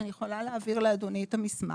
אני יכולה להעביר לאדוני את המסמך,